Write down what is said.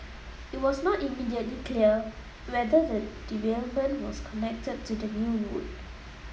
it was not immediately clear whether the derailment was connected to the new route